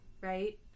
right